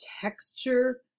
texture